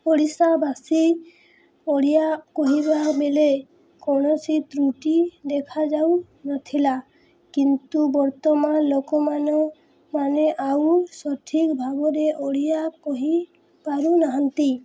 ଓଡ଼ିଶାବାସୀ ଓଡ଼ିଆ କହିବା ବେଲେ କୌଣସି ତ୍ରୁଟି ଦେଖାଯାଉନଥିଲା କିନ୍ତୁ ବର୍ତ୍ତମାନ ଲୋକମାନ ମାନେ ଆଉ ସଠିକ୍ ଭାବରେ ଓଡ଼ିଆ କହି ପାରୁନାହାନ୍ତି